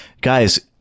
Guys